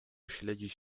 śledzić